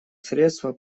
средства